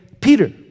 Peter